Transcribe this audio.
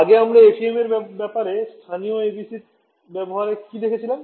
আগে আমরা FEM এর ব্যপারে স্থানীয় ABC এর ব্যবহারে কি দেখেছিলাম